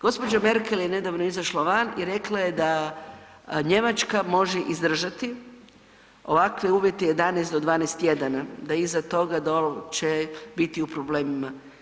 Gospođa Merkel je nedavno izašla van i rekla je da Njemačka može izdržati ovakve uvjete 11 do 12 tjedana, da iza toga će biti u problemima.